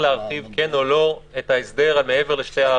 להרחיב כן או לא את ההסדר מעבר לשתי הערים.